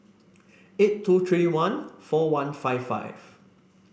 eight two three one four one five five